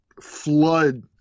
flood